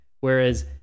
whereas